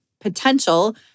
potential